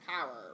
power